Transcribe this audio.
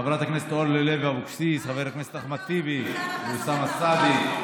חברת הכנסת אורלי לוי אבקסיס וחברי הכנסת אחמד טיבי ואוסאמה סעדי.